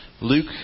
Luke